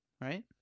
right